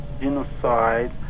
genocide